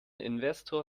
investor